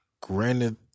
granted